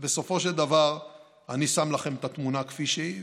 ובסופו של דבר אני שם לכם את התמונה כפי שהיא,